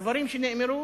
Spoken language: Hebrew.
הדברים שנאמרו